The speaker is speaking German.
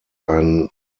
ein